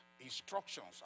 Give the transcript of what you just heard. instructions